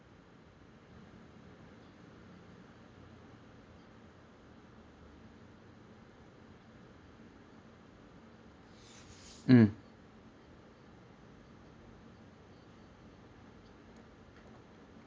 mm